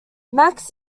max